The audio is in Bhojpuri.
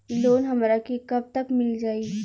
लोन हमरा के कब तक मिल जाई?